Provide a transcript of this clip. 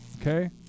okay